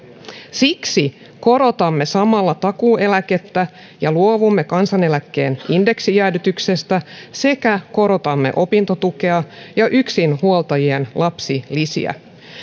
siksi korotamme samalla takuueläkettä ja luovumme kansaneläkkeen indeksijäädytyksestä sekä korotamme opintotukea ja yksinhuoltajien lapsilisiä